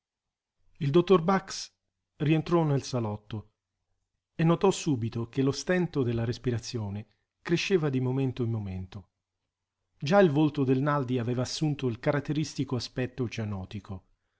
il dottor bax rientrò nel salotto e notò subito che lo stento della respirazione cresceva di momento in momento già il volto del naldi aveva assunto il caratteristico aspetto cianotico